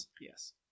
Yes